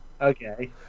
okay